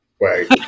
Right